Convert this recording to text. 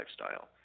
lifestyle